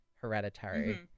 hereditary